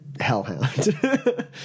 hellhound